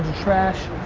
trash.